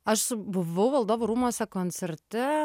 aš buvau valdovų rūmuose koncerte